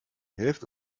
hälfte